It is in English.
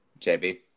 JB